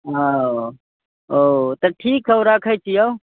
ओ ओ तऽ ठीक हौ रखैत छियौ